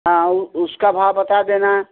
हाँ उस उसका भाव बता देना